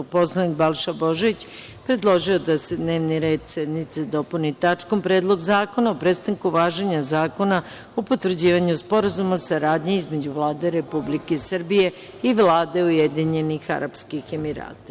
Narodni poslanik Balša Božović predložio je da se dnevni red sednice dopuni tačkom Predlog zakona o prestanku važenja Zakona o potvrđivanju Sporazuma o saradnji između Vlade Republike Srbije i Vlade Ujedinjenih Arapskih Emirata.